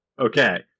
Okay